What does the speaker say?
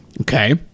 Okay